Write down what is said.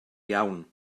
iawn